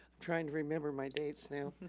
trying to remember my dates now.